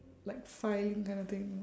like filing kind of thing you know